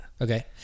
Okay